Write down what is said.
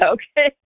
Okay